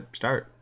start